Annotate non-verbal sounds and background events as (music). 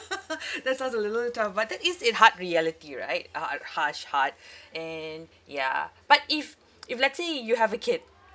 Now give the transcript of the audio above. (laughs) that sounds a little tough but that is a hard reality right uh harsh hard and ya but if (noise) if let's say you have a kid